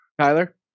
Tyler